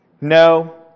No